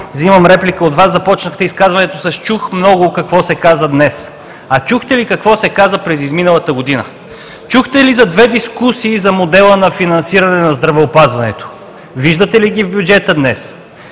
взимам реплика от Вас. Започнахте изказването с „Чух много какво се каза днес“. А чухте ли какво се каза през изминалата година? Чухте ли за две дискусии за модела на финансиране на здравеопазването? Виждате ли ги в бюджета днес?